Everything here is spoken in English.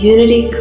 Unity